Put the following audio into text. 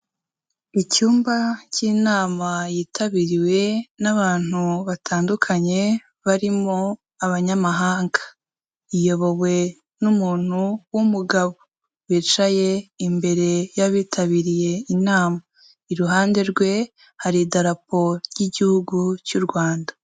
Icyumba cy'inama yitabiriwe n'abantu batandukanye, barimo abanyamahanga, iyobowe n'umuntu w'umugabo wicaye imbere yabitabiriye inama, iruhande rwe hari idarapo ry'iguhugu cy'u Rwanda.